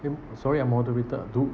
sorry ah moderator ah do